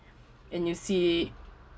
and you see it